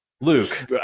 Luke